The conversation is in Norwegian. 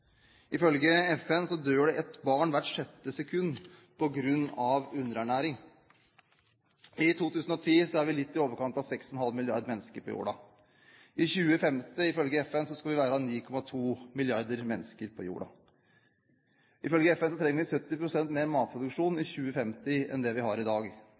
Ifølge FN dør det et barn hvert sjette sekund på grunn av underernæring. I 2010 var vi litt i overkant av 6,5 milliarder mennesker på jorda. I 2050 skal vi ifølge FN være 9,2 milliarder mennesker på jorda. Ifølge FN trenger vi 70 pst. mer matproduksjon i 2050 enn det vi har i dag.